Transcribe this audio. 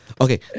Okay